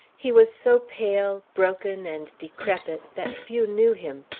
he was so pale, broken, and decrepit that few knew him.